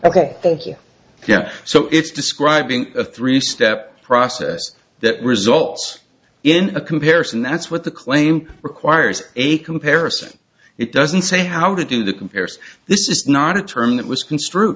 you yeah so it's describing a three step process that results in a comparison that's what the claim requires a comparison it doesn't say how to do the compares this is not a term that was construe